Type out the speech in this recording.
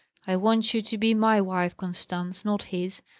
i want you to be my wife, constance, not his.